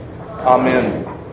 Amen